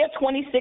26